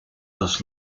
das